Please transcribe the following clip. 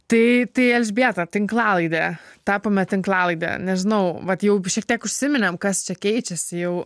tai tai elžbieta tinklalaidė tapome tinklalaide nežinau vat jau šiek tiek užsiminėm kas čia keičiasi jau